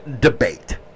debate